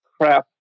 crap